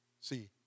See